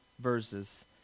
verses